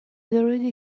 already